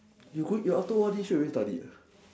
you go after O_R_D straight away study ah